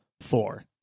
four